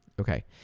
Okay